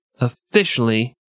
officially